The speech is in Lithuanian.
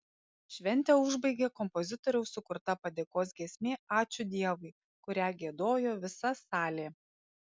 šventę užbaigė kompozitoriaus sukurta padėkos giesmė ačiū dievui kurią giedojo visa salė